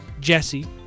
Jesse